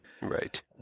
Right